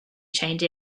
change